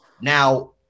now